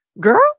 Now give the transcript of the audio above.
girl